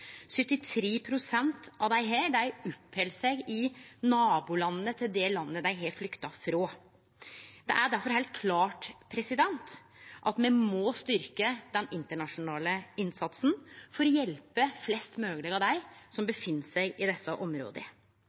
Av desse oppheld 73 pst. seg i nabolandet til det landet dei har flykta frå. Det er difor heilt klart at me må styrkje den internasjonale innsatsen for å hjelpe flest mogleg av dei som er i desse områda.